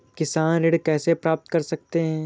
किसान ऋण कैसे प्राप्त कर सकते हैं?